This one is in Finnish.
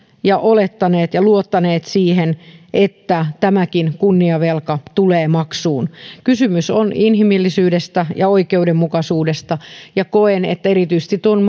ja olettaneet ja luottaneet siihen että tämäkin kunniavelka tulee maksuun kysymys on inhimillisyydestä ja oikeudenmukaisuudesta ja koen erityisesti tuon